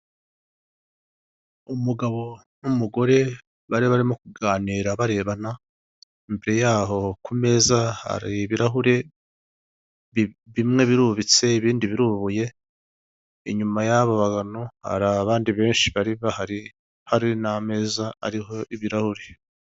Umugabo n'umugore bari barimo kuganira barebana, mbere yaho ku meza hari ibirahure bimwe birubitse ibindi birubuye, inyuma y'abo bantu hari abandi benshi bari bahari hari n'ameza ariho ibirahuri.